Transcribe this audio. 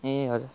ए हजुर